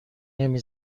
نمی